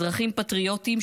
אזרחים פטריוטיים,